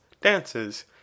dances